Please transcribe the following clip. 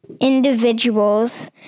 individuals